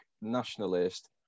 nationalist